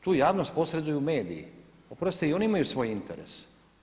Tu javnost posreduju mediji, oprostite i oni imaju svoj interes.